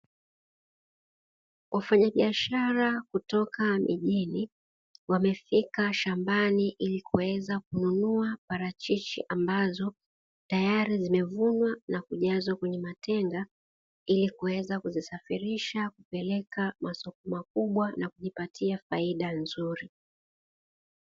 Wafanyabishara kutoka mijini wamefika shambani ili kuweza kununua parachichi ambazo tayari zimevunwa na kujazwa kwenye matenga, ili kuweza kuzisafirisha kupeleka masoko makubwa na kujipatia faida nzuri.